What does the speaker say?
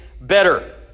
better